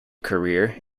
career